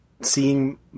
seeing